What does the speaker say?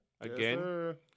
again